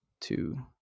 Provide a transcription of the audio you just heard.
two